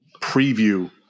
preview